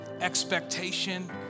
expectation